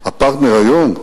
הפרטנר היום,